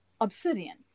obsidian